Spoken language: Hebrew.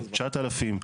9,000,